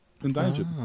endangered